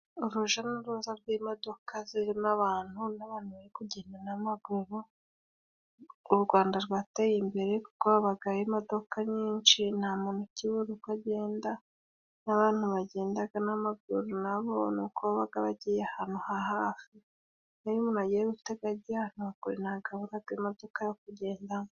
Uruja n'uruza rw'imodoka zirimo abantu n'abantu bari kugenda n'amaguru.U Rwanda rwateye imbere kuko habaga imodoka nyinshi nta muntu ukibura uko agenda n'abantu bagendaga n'amaguru nabo nuko babaga bagiye ahantu ha hafi. Iyo umuntu agiye gutega agiye kure ntaburaga imodoka yo kugendamo.